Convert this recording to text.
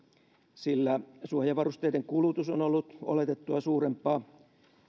sillä suojavarusteiden kulutus on ollut oletettua suurempaa